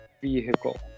vehicle